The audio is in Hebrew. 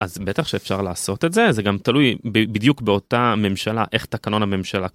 אז בטח שאפשר לעשות את זה זה גם תלוי בדיוק באותה ממשלה איך תקנון הממשלה.